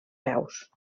peus